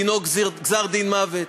גזר-דינו מוות.